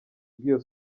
bw’iyo